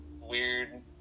weird